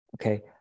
okay